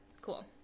cool